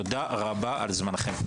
תודה רבה על זמנכם.